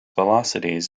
velocities